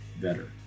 better